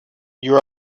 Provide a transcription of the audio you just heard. you